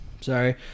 sorry